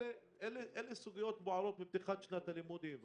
אלה סוגיות בוערות בפתיחת שנת הלימודים.